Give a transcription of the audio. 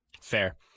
fair